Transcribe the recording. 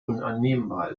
unannehmbar